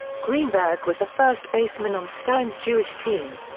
greenberg was the first baseman on stein's jewish team.